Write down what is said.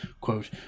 quote